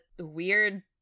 weird